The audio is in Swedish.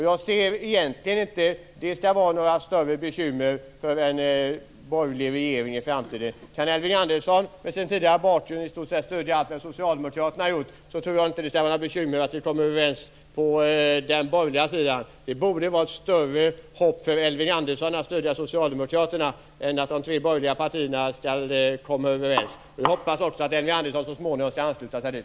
Jag ser egentligen inte att det skall vara några större bekymmer för en borgerlig regering i framtiden. Om Elving Andersson, med sin bakgrund, kan stödja i stort sett allt vad Socialdemokraterna har gjort tror jag inte att det blir några bekymmer för oss att komma överens på den borgerliga sidan. Det borde vara ett större hopp för Elving Andersson att stödja Socialdemokraterna än att de tre borgerliga partierna kommer överens. Jag hoppas också att Elving Andersson så småningom skall ansluta sig dit.